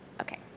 okay